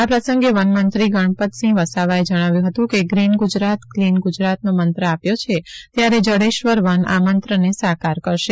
આ પ્રસંગે વન મંત્રી ગણપતસિંહ વસાવાએ જણાવ્યું કે ગ્રીન ગુજરાત ક્લીન ગુજરાતનો મંત્ર આપ્યો છે ત્યારે જડેશ્વર વન આ મંત્રને સાકાર કરશે